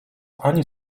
ani